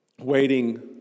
waiting